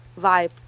vibe